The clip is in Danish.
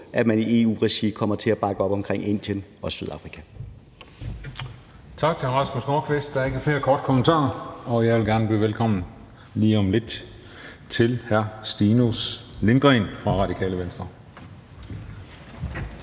at man i EU-regi kommer til at bakke op omkring Indien og Sydafrika.